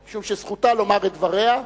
משום שזכותה לומר את דבריה,